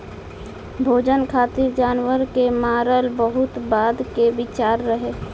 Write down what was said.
भोजन खातिर जानवर के मारल बहुत बाद के विचार रहे